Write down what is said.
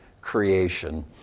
creation